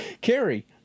Carrie